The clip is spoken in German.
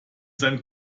sein